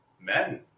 men